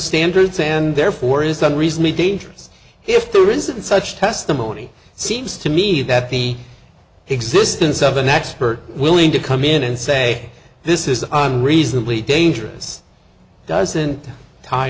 standards and therefore is one reason the dangerous if the incident such testimony seems to me that the existence of an expert willing to come in and say this is reasonably dangerous doesn't tie